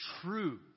true